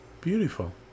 Beautiful